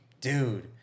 Dude